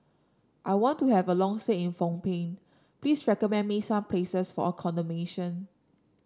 I want to have a long stay in Phnom Penh please recommend me some places for accommodation